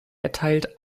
erteilt